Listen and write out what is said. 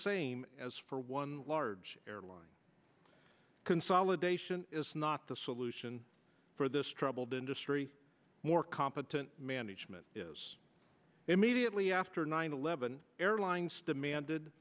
same as for one large airline consolidation is not the solution for this troubled industry more competent management is immediately after nine eleven airlines demanded